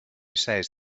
says